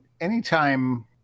anytime